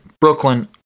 Brooklyn